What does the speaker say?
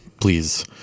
please